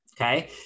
Okay